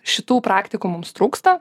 šitų praktikų mums trūksta